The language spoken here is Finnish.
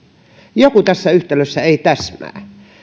joku tässä yhtälössä ei täsmää